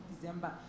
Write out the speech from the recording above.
December